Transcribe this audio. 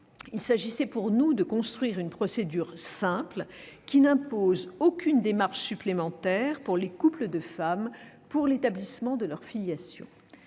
il s'agissait pour nous de construire une procédure simple, qui n'impose aucune démarche supplémentaire pour les couples de femmes pour l'établissement de leur filiation.